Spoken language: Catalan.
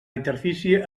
interfície